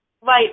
Right